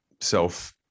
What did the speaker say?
self